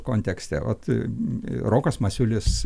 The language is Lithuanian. kontekste vat rokas masiulis